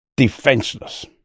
defenseless